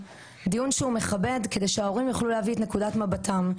דיון שהוא מכבד כדי שההורים יוכלו להביא את נקודת מבטם.